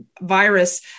virus